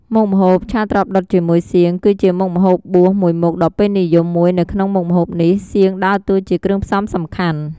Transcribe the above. មុខម្ហូប ឆាត្រប់ដុតជាមួយសៀង គឺជាមុខម្ហូបបួសមូយមុខដ៏ពេញនិយមមួយ នៅក្នុងមុខម្ហូបនេះ សៀងដើរតួ ជាគ្រឿងផ្សំសំខាន់។